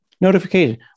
notification